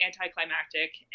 anticlimactic